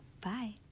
Bye